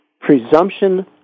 presumption